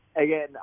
Again